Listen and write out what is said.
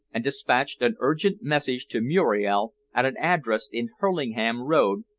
and despatched an urgent message to muriel at an address in hurlingham road,